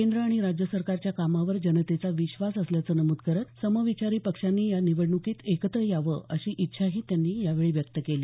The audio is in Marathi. केंद्र आणि राज्य सरकारच्या कामावर जनतेचा विश्वास असल्याचं नमूद करत समविचारी पक्षांनी या निवडणुकीत एकत्र यावं अशी इच्छाही दानवे यांनी यावेळी व्यक्त केली